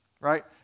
right